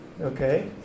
Okay